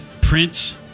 Prince